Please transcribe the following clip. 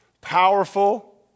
powerful